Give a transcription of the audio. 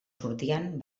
sortien